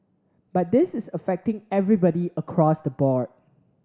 but this is affecting everybody across the board